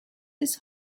his